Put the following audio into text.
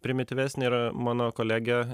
primityvesnė ir mano kolegė